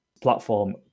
platform